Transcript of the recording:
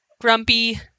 grumpy